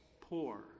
poor